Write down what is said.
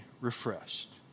refreshed